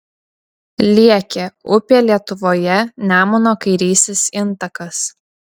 liekė upė lietuvoje nemuno kairysis intakas